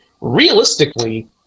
realistically